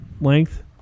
length